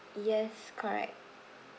yes correct